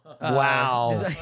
Wow